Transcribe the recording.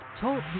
Talk